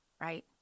right